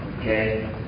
Okay